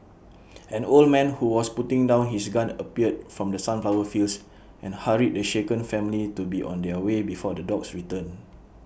an old man who was putting down his gun appeared from the sunflower fields and hurried the shaken family to be on their way before the dogs return